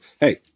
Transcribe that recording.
hey